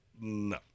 No